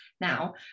now